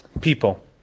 people